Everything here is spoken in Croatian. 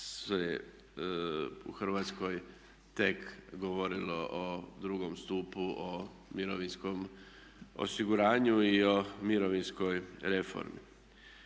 se u Hrvatskoj tek govorilo o drugom stupu, o mirovinskom osiguranju i o mirovinskoj reformi.